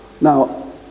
now